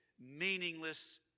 meaningless